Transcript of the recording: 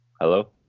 Hello